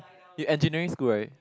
you engineering school right